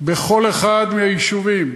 בכל אחד מהיישובים,